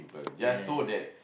yes